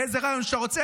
באיזה ריאיון שאתה רוצה.